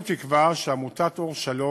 אנו תקווה שעמותת "אור שלום"